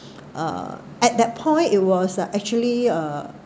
uh at that point it was uh actually uh